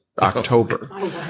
October